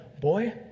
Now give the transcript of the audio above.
boy